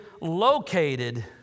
located